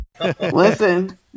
Listen